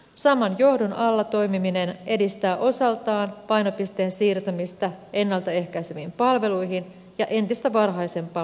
saman johdon alla toimiminen edistää osaltaan painopisteen siirtämistä ennalta ehkäiseviin palveluihin ja entistä varhaisempaan puuttumiseen